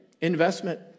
investment